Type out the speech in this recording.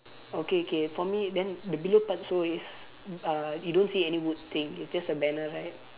okay K for me then the below part so is uh you don't see any wood thing it's just a banner right